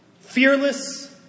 Fearless